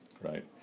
right